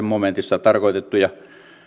momentissa tarkoitettuja